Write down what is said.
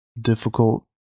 difficult